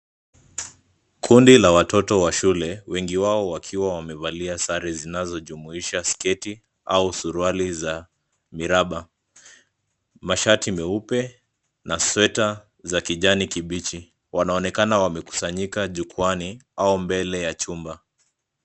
Kundi la watoto wa shule, wengi wao wakiwa wamevalia sare zinazojumuisha sketi au suruali za miraba, mashati meupe na sweta za kijani kibichi. Wanaonekana wamekusanyika jukwaani au mbele ya chumba.